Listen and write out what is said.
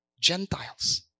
Gentiles